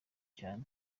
cyane